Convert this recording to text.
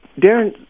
Darren